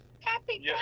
Happy